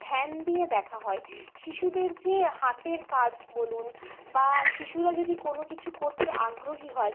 ধ্যান দিয়ে দেখা হয় শিশুদের যে হাতের কাজ বলুন বা শিশুরা যদি কোনো কিছু করতে আগ্রহী হয়